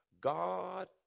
God